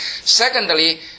Secondly